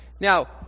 Now